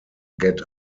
get